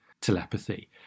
telepathy